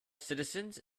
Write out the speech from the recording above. citizens